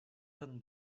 тын